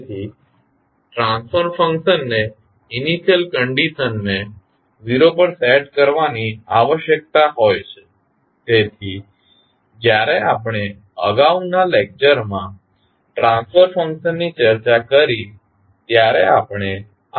તેથી ટ્રાન્સફર ફંક્શનને initial condition ને 0 પર સેટ કરવાની આવશ્યકતા હોય છે તેથી જ્યારે આપણે અગાઉના લેક્ચરમાં ટ્રાન્સફર ફંક્શન ની ચર્ચા કરી ત્યારે આપણે આ અંગે ચર્ચા કરી હતી